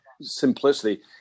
simplicity